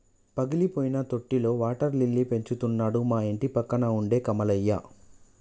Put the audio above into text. పగిలిపోయిన తొట్టిలో water lily పెంచుతున్నాడు మా ఇంటిపక్కన ఉండే కమలయ్య